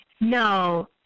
No